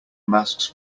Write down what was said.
masks